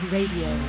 Radio